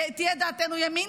תהיה דעתנו ימין,